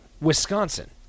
Wisconsin